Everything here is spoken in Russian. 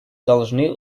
должны